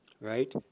right